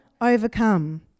overcome